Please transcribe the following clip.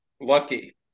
lucky